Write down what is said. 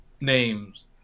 names